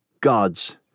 Gods